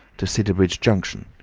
to sidderbridge junction,